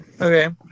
Okay